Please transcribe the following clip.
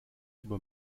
über